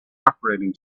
operating